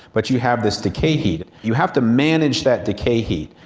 but you have this decay heat. you have to manage that decay heat.